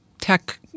tech